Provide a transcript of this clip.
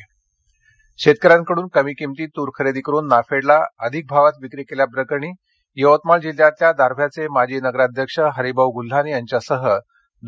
अकि यवतमाळ शेतकऱ्यांकडून कमी किमतीत तूर खरेदी करून नाफेडला जास्त भावात विक्री केल्याप्रकरणी यवतमाळ जिल्ह्यातल्या दारव्ह्याचे माजी नगराध्यक्ष हरिभाऊ गुल्हाने यांच्यासह